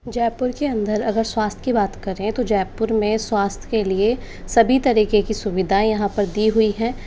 जयपुर के अंदर अगर स्वास्थय की बात करें तो जयपुर में स्वास्थय के लिए सभी तरह की सुविधाएँ यहाँ पर दी हुई हैं